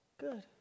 Good